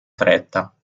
fretta